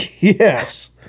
Yes